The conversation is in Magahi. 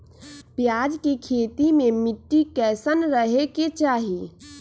प्याज के खेती मे मिट्टी कैसन रहे के चाही?